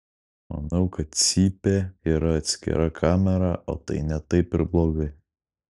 manau kad cypė yra atskira kamera o tai ne taip ir blogai